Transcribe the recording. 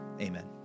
Amen